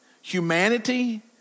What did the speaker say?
humanity